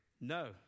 No